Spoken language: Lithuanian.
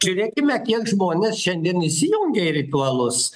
žiūrėkime kiek žmonės šiandien įsijungia į ritualus